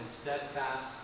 steadfast